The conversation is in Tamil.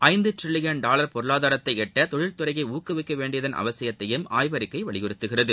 ஐந்து டிரில்லியன் டாலர் பொருளாதாரத்தை எட்ட தொழில் துறையை ஊக்குவிக்கவேண்டியதன் அவசியத்தையும் ஆய்வறிக்கை வலியுறுத்துகிறது